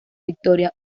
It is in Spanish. victoria